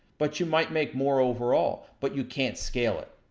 but you might make more overall but you can't scale it.